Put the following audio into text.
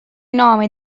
nome